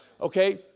Okay